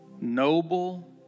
noble